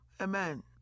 Amen